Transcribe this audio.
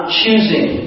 choosing